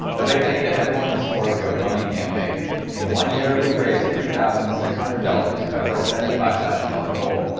a big thing to everyone who's for the gofundme campaign in one year we raised three thousand six hundred dollars out of our seventy-five thousand dollar goal